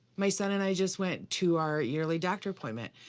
my son and i just went to our yearly doctor appointment.